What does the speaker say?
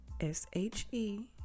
s-h-e